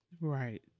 right